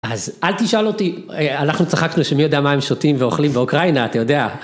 אז אל תשאל אותי, אנחנו צחקנו שמי יודע מה הם שותים ואוכלים באוקראינה, אתה יודע.